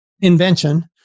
invention